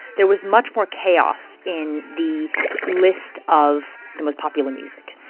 there was much more chaos in the list of the most popular music.